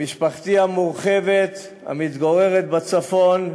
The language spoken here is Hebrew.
במשפחתי המורחבת, המתגוררת בצפון,